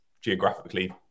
geographically